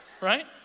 right